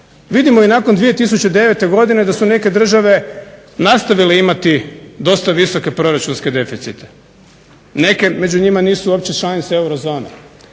Vidimo i nakon 2009. godine da su neke države nastavile imati dosta visoke proračunske deficite. Neke među njima nisu uopće članice eurozone,